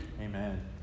Amen